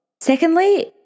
Secondly